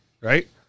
right